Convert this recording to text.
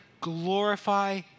glorify